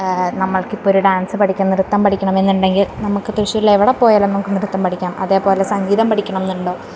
നമുക്ക് ഇപ്പോൾ ഒരു ഡാൻസ് പഠിക്കണം നൃത്തം പഠിക്കണം എന്ന് ഉണ്ടെങ്കിൽ നമുക്ക് തൃശ്ശൂരിൽ എവിടെ പോയാലും നമുക്ക് നൃത്തം പഠിക്കാം അതേപോലെ സംഗീതം പഠിക്കണമന്ന് ഉണ്ടോ